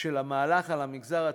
של המהלך על המגזר הציבורי,